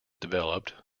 developed